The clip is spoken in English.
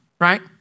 Right